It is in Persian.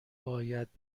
باید